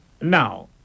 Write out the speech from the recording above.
Now